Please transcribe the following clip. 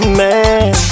man